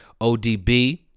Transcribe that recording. ODB